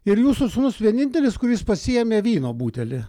ir jūsų sūnus vienintelis kuris pasiėmė vyno butelį